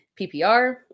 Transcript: PPR